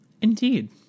Indeed